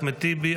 אחמד טיבי,